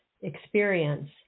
experience